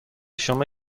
شما